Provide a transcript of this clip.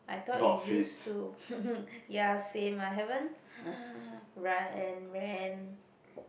I thought you used to ya same I haven't run and ran